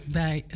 bij